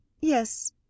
Yes